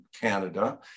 Canada